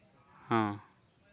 ᱦᱮᱸ